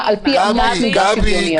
על-פי אמות מידה שוויוניות -- גם לא שומעים אותה.